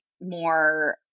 more